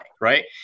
right